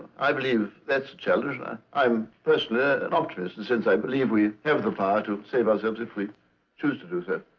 i believe that's a challenge. and i'm personally an optimist, and since i believe we have the power save ourselves if we choose to do so.